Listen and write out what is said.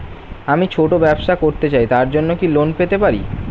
আমি ছোট ব্যবসা করতে চাই তার জন্য কি লোন পেতে পারি?